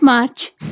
March